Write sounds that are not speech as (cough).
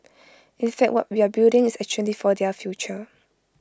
(noise) in fact what we are building is actually for their future